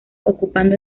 ocupando